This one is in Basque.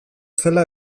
zela